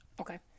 Okay